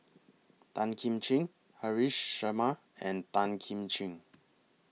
Tan Kim Ching Haresh Sharma and Tan Kim Ching